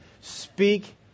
Speak